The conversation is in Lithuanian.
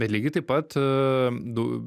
bet lygiai taip pat dau